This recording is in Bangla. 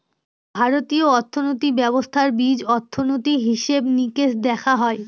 ভারতীয় অর্থনীতি ব্যবস্থার বীজ অর্থনীতি, হিসেব নিকেশ দেখা হয়